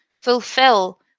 fulfill